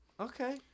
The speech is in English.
Okay